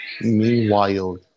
meanwhile